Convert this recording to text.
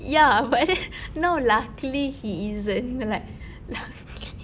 ya but then now luckily he isn't like luckily